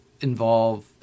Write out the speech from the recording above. involve